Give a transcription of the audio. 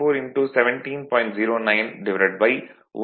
091 0